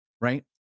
right